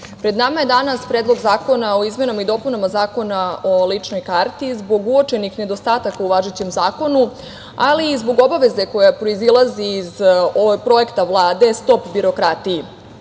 pred nama je danas Predlog zakona o izmenama i dopunama Zakona o ličnoj karti zbog uočenih nedostataka u važećem zakonu, ali i zbog obaveze koja proizilazi iz projekta Vlade „Stop birokratiji“,